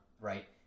Right